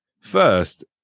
first